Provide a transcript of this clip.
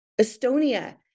Estonia